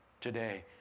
today